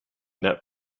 net